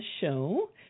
show